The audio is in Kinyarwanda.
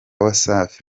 wasafi